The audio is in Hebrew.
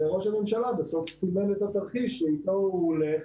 וראש הממשלה בסוף סימן את התרחיש שאיתו הוא הולך